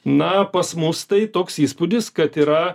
na pas mus tai toks įspūdis kad yra